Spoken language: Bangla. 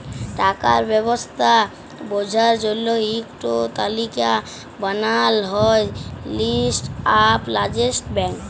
টাকার ব্যবস্থা বঝার জল্য ইক টো তালিকা বানাল হ্যয় লিস্ট অফ লার্জেস্ট ব্যাঙ্ক